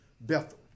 Bethel